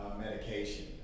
medication